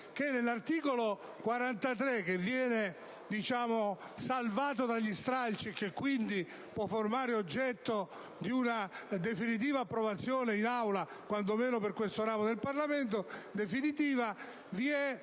che nell'articolo 43, salvato dagli stralci e quindi possibile oggetto di una definitiva approvazione in Aula, quanto meno per questo ramo del Parlamento, vi è